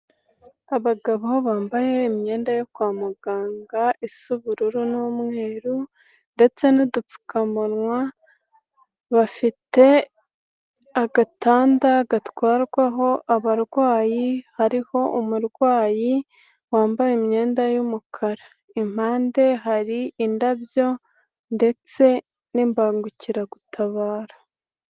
Abagabo bambaye imyenda yo kwa muganga, isa ubururu n'umweru ndetse n'udupfukamunwa, bafite agatanda gatwarwaho abarwayi, hariho umurwayi wambaye imyenda y'umukara, impande hari indabyo ndetse n'ibangukiragutabara.